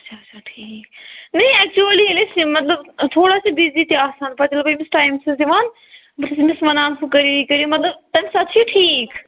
اَچھا اَچھا ٹھیٖک نہیں ایٚکچُؤلی ییٚلہِ أسۍ یہِ مطلب تھوڑا چھِ بِزی تہِ آسان پَتہٕ ییٚلہِ بہٕ أمِس ٹایم چھَس دِوان بہٕ چھَس أمِس وَنان ہُو کٔرِو یہِ کٔرِو مطلب تَمہِ ساتہٕ چھُ یہِ ٹھیٖک